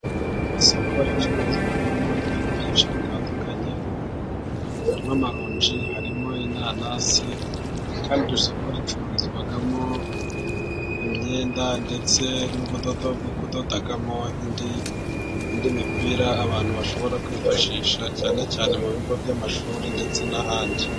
Isoko ricururizwamo ibintu byinshi bitandukanye: harimo amaronji, harimo inanasi, kandi iryo soko ricururizwamo imyenda ndetse n'ubudodo bwo kudodamo indi, indi mipira abantu bashobora kwifashisha cyane cyane mu bigo by'amashuri ndetse n'ahandi.